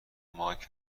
مایک